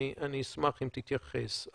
אני אשמח אם תתייחס.